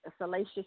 salacious